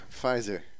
Pfizer